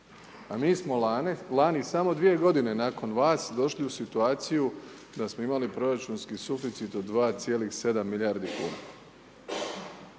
a mi smo lani samo 2 godine nakon vas došli u situaciju da smo imali proračunski suficit od 2,7 milijardi kuna.